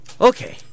Okay